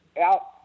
out